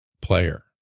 player